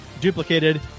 duplicated